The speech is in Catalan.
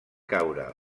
caure